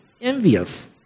envious